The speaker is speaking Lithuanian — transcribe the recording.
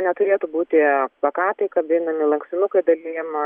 neturėtų būti plakatai kabinami lankstinukai dalijama